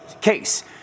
case